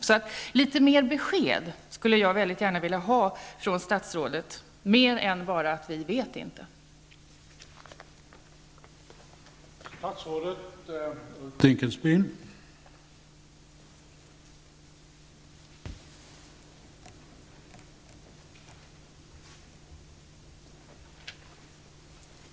Jag skulle vilja ha mer besked än bara ''vi vet inte'' från statsrådet.